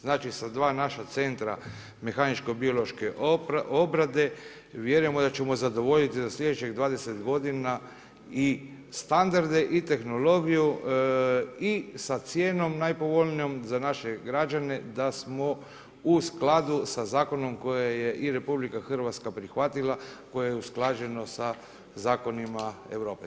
Znači, sa dva naša centra mehaničko-biološke obrade vjerujemo da ćemo zadovoljiti da sljedećih 20 godina i standarde i tehnologiju i sa cijenom najpovoljnijom za naše građane da smo u skladu sa zakonom koje je i Republika Hrvatska prihvatila, koje je usklađeno sa zakonima Europe.